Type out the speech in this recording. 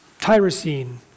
tyrosine